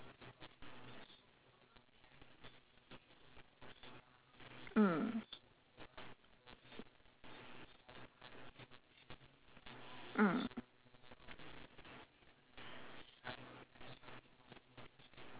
mm mm